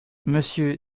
monsieur